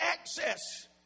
access